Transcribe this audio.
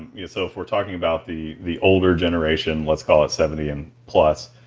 yeah so if we're talking about the the older generation let's call it seventy and plus,